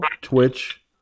Twitch